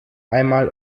einmal